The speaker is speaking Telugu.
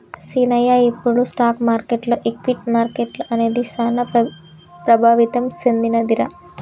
సీనయ్య ఇప్పుడు స్టాక్ మార్కెటులో ఈక్విటీ మార్కెట్లు అనేది సాన ప్రభావితం సెందినదిరా